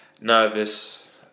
nervous